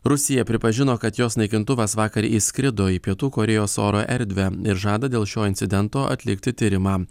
rusija pripažino kad jos naikintuvas vakar įskrido į pietų korėjos oro erdvę ir žada dėl šio incidento atlikti tyrimą